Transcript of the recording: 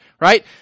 right